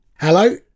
hello